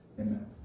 Amen